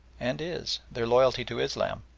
and is, their loyalty to islam,